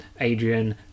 Adrian